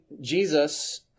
Jesus